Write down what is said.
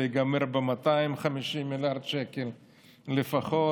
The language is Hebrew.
זה ייגמר ב-250 מיליארד שקל לפחות.